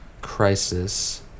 crisis